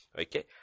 Okay